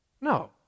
no